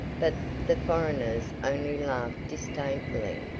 but, the foreigners only laughed disdainfully,